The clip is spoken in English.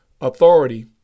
authority